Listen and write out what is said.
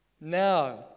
now